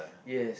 yes